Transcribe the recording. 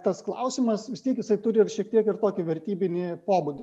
tas klausimas vis tiek jisai turi šiek tiek ir tokį vertybinį pobūdį